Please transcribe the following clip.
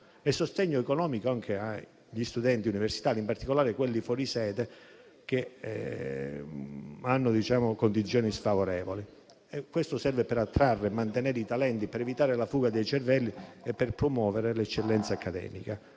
sostegno economico agli studenti universitari, in particolare a quelli fuori sede, che hanno condizioni sfavorevoli. Questo serve per attrarre e mantenere i talenti, per evitare la fuga dei cervelli e per promuovere l'eccellenza accademica.